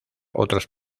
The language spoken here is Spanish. otros